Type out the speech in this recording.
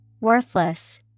Worthless